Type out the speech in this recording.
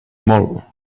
molt